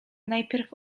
najpierw